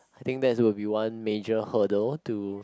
I think that will be one major hurdle to